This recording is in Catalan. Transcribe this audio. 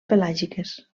pelàgiques